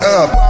up